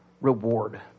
reward